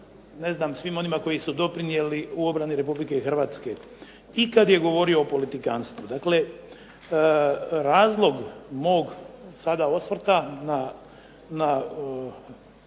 ne znam svima onima koji su doprinijeli u obrani Republike Hrvatske. I kada je govorio o politikanstvu. Dakle, razlog mog, sada osvrta na